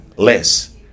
Less